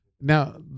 Now